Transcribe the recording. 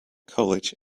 college